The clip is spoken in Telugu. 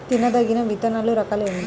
తినదగిన విత్తనాల రకాలు ఏమిటి?